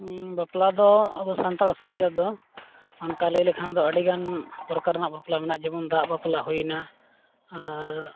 ᱵᱟᱯᱞᱟ ᱫᱚ ᱟᱵᱚ ᱥᱟᱱᱛᱟᱲ ᱥᱚᱢᱟᱡᱽ ᱨᱮᱫᱚ ᱚᱱᱠᱟ ᱞᱟᱹᱭ ᱞᱮᱠᱷᱟᱱ ᱫᱚ ᱟᱹᱰᱤᱜᱟᱱ ᱯᱨᱚᱠᱟᱨ ᱨᱮᱱᱟᱜ ᱵᱟᱯᱞᱟ ᱢᱮᱱᱟᱜᱼᱟ ᱡᱮᱢᱚᱱ ᱫᱟᱜ ᱵᱟᱯᱞᱟ ᱦᱳᱭᱱᱟ ᱟᱨ